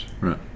Right